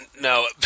No